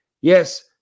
Yes